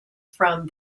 from